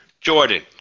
Jordan